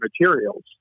materials